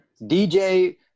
DJ